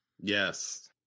Yes